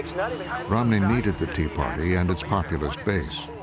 romney needed the tea party and its populist base.